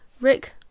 Rick